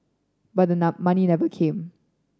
but the money never came